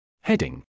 Heading